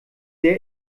sehr